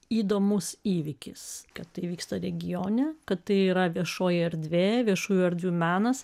įdomus įvykis kad tai vyksta regione kad tai yra viešoji erdvė viešųjų erdvių menas